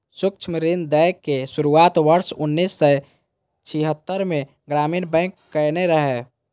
सूक्ष्म ऋण दै के शुरुआत वर्ष उन्नैस सय छिहत्तरि मे ग्रामीण बैंक कयने रहै